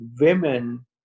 Women